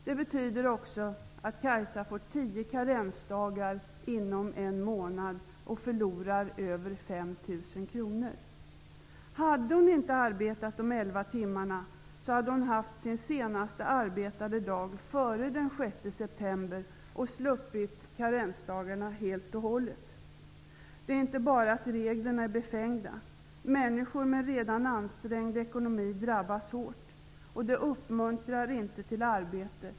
Det betyder också att Kajsa får tio karensdagar inom en månad och förlorar över 5 000 kronor. Hade hon inte arbetat de elva timmarna, hade hennes senaste arbetade dag varit före den 6 september, och hon hade sluppit karensdagarna helt och hållet. Felet är inte bara att reglerna är befängda. Människor med redan ansträngd ekonomi drabbas hårt. Reglerna uppmuntrar inte till arbete.